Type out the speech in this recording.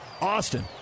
Austin